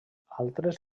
altres